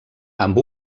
amb